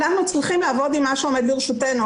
אנחנו צריכים לעבוד עם מה שעומד לרשותנו,